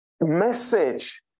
message